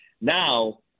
Now